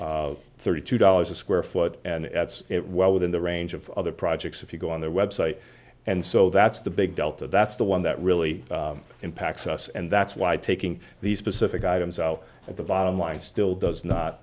s thirty two dollars a square foot and that's it well within the range of other projects if you go on their website and so that's the big delta that's the one that really impacts us and that's why taking these specific items out of the bottom line still does